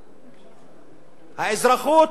האזרחות,